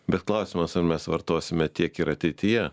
bet klausimas ar mes vartosime tiek ir ateityje